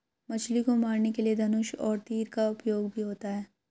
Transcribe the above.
मछली को मारने के लिए धनुष और तीर का उपयोग भी होता है